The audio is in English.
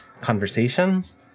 conversations